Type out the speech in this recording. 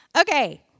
Okay